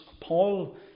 Paul